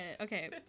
Okay